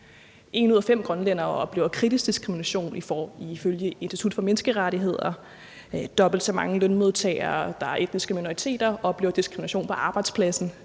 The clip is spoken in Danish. En ud af fem grønlændere oplever diskrimination ifølge Institut for Menneskerettigheder, og dobbelt så mange af de lønmodtagere, der er etniske minoriteter, oplever diskrimination på arbejdspladsen.